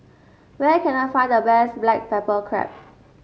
where can I find the best Black Pepper Crab